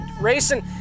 racing